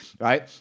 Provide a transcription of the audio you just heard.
right